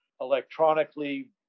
electronically